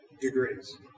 degrees